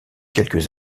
quelques